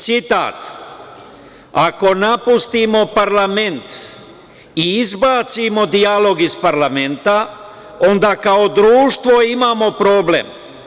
Citat – ako napustimo parlament i izbacimo dijalog iz parlamenta, onda kao društvo imamo problem.